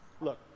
Look